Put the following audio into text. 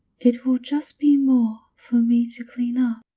it will just be more for me to clean up.